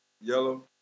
Yellow